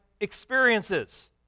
experiences